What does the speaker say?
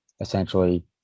essentially